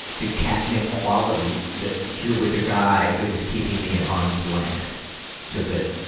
the catnip quality that, here was a guy that was keeping me at arm's length so that,